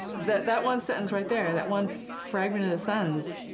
that that one sentence right there, that one fragment of the sentence